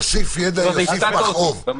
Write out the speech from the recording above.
תקשיב, יואב, "יוסיף ידע, יוסיף מכאוב".